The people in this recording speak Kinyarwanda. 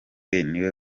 niwe